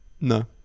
No